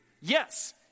Yes